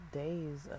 day's